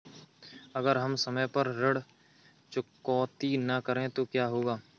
अगर हम समय पर ऋण चुकौती न करें तो क्या होगा?